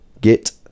Git